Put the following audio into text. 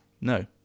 no